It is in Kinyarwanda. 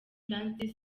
francis